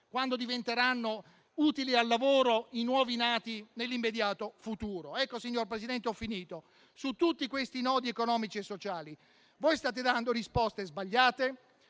quando diventeranno utili al lavoro i nuovi nati, nell'immediato futuro. Signor Presidente, onorevoli colleghi, su tutti questi nodi economici e sociali state dando risposte sbagliate,